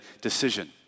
decision